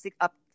up